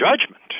judgment